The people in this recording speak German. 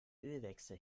ölwechsel